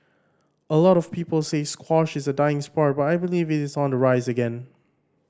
a lot of people say squash is a dying sport but I believe it is on the rise again